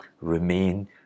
remain